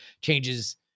changes